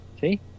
See